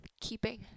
keeping